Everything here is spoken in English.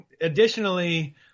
additionally